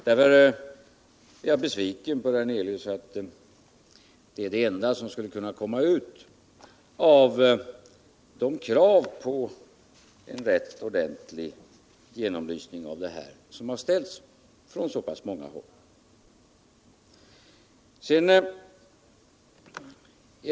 Därför är jag besviken på herr Hernelius, därför att en sådan utredning som vi har begärt är det enda som skulle kunna uppfylla de krav på en rätt ordentlig genomlysning av denna fråga som har ställts från så pass många håll.